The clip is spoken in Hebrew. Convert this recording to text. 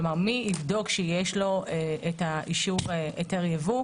כלומר, מי יבדוק שיש לו את אישור היבוא.